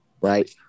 right